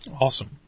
Awesome